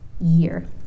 year